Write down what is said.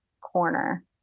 corner